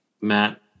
Matt